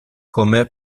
come